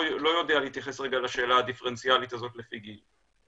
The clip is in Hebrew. יודע להתייחס רגע לשאלה הדיפרנציאלית הזאת לפי גיל.